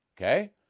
Okay